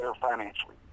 financially